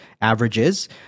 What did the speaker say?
averages